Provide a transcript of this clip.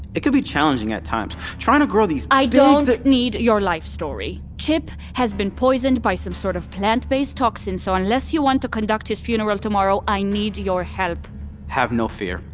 it could be challenging at times, trying to grow these i don't need your life story! chip has been poisoned by some sort of plant-based toxin, so unless you want to conduct his funeral tomorrow, i need your help have no fear,